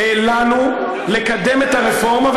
לקדם את הרפורמה,